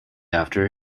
after